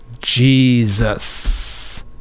Jesus